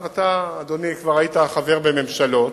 אתה, אדוני, כבר היית חבר בממשלות,